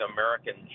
American